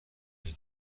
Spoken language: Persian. بگم